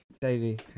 daily